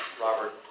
Robert